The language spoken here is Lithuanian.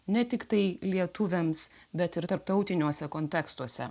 ne tiktai lietuviams bet ir tarptautiniuose kontekstuose